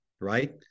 right